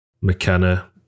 McKenna